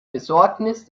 besorgnis